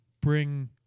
bring